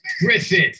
Griffin